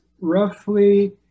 roughly